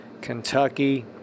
Kentucky